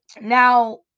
Now